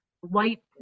white